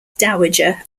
dowager